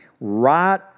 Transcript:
Right